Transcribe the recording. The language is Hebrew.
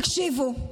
תקשיבו,